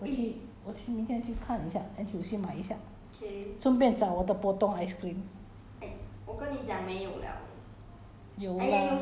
is is different thing 等一下 try liao 那个脸坏我才不要我去我去明天去看一下 N_T_U_C 买一下顺便找我的 potong ice cream